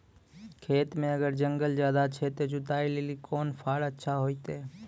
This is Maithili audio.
खेत मे अगर जंगल ज्यादा छै ते जुताई लेली कोंन फार अच्छा होइतै?